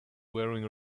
wearing